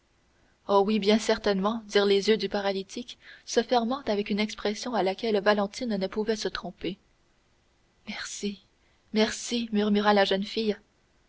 oh oui bien certainement dirent les yeux du paralytique se fermant avec une expression à laquelle valentine ne pouvait se tromper merci merci murmura la jeune fille